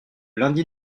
lundi